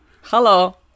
Hello